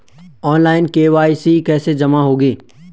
Online KYC कैसे जमा होगी?